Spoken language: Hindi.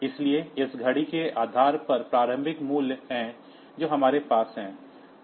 इसलिए इस घड़ी के आधार पर प्रारंभिक मूल्य है जो हमारे पास है